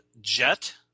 Jet